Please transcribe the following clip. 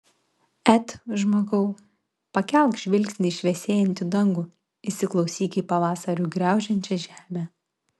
et žmogau pakelk žvilgsnį į šviesėjantį dangų įsiklausyk į pavasariu griaudžiančią žemę